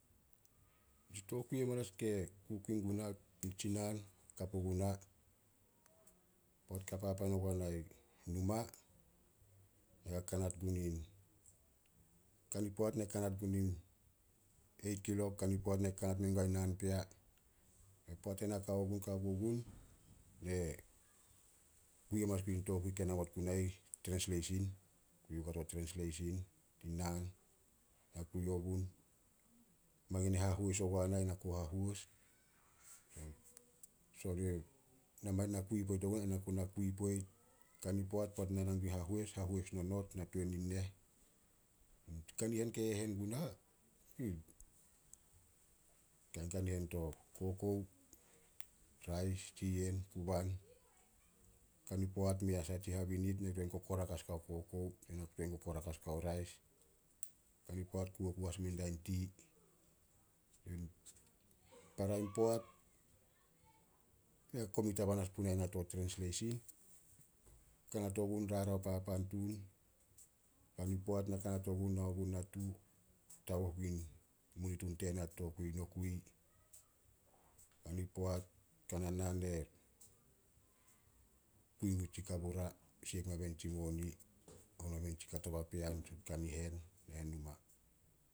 Tsi tokui amanas ke kukui guna naan ka puguna, poat ka papan ogua na i numa. Na kakanat gu nin, kani poat na kanat gun in, eit kilok kani poat na kanat mengua in naan pea. Poat ena kao gun- ka ku gun, ne kui amanas guin tokui ke namot guna ih, trensleisin- kui ogua to trensleisin tin naan. Na kui ogun, mangin hahois ogua na ai na ku hahois. Na mangin na kui poit ogua, ai na ku na kui poit. Kani poat, poat na nan guin hahois, hahois nonot na tuan nin neh. Tsi kanihen ke hehen guna, kain kanihen to kokou, rais, tsiyen, kuban. Kani poat mei asah tsi habinit, ne tuan kokorak as guao kokou tse na tuan kokorak as guao rais. Kani poat kuo ku as mendia ti. Para in poat, mei a komit haban as punai na to trensleisin. Kanat ogun rarao papan tun, kani poat ne kanat ogun nao gun natu, taguh guin munitun tena to tokui nokui. Kani poat, kana naan ne, kui gun tsi kabura siek mamen tsi moni, hon mamen tsi ka to papean, tsi kanihen nahen numa.